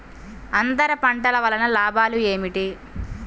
అంతర పంటల వలన లాభాలు ఏమిటి?